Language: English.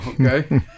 Okay